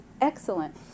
excellent